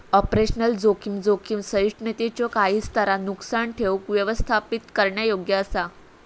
operational जोखीम, जोखीम सहिष्णुतेच्यो काही स्तरांत नुकसान ठेऊक व्यवस्थापित करण्यायोग्य असा